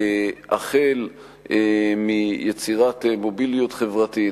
החל מיצירת מוביליות חברתית,